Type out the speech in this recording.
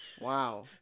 Wow